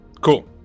Cool